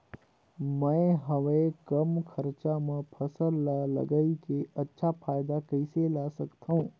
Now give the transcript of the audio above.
मैं हवे कम खरचा मा फसल ला लगई के अच्छा फायदा कइसे ला सकथव?